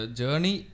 journey